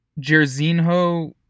Jerzinho